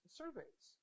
surveys